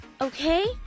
Okay